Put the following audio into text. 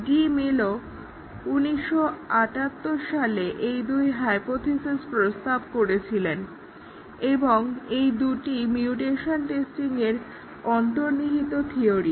DeMillo 1978 সালে এই দুই হাইপোথিসিসের প্রস্তাব দিয়েছিলেন এবং এই দুটিই মিউটেশন টেস্টিংয়ের অন্তর্নিহিত থিওরি